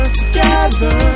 together